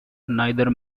neither